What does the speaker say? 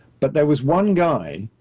but there was one guy,